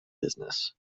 business